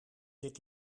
dit